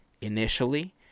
initially